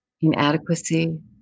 inadequacy